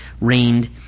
reigned